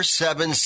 seven